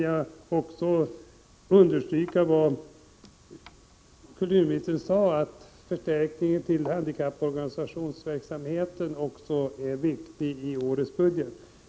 Vidare vill jag understryka kulturministerns uttalande att den i årets budgetproposition föreslagna förstärkningen till handikapporganisationernas verksamhet är väsentlig.